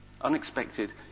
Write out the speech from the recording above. Unexpected